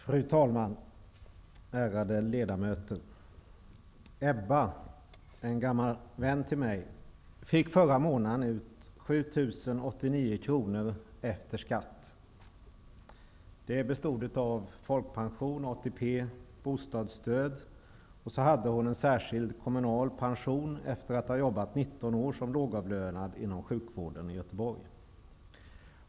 Fru talman! Ärade ledamöter! Ebba, en gammal vän till mig, fick förra månaden efter skatt ut 7 089 kr efter skatt i folkpension, ATP, bostadsstöd och särskild kommunal pension efter att jobbat i 19 år som lågavlönad inom sjukvården i Göteborg.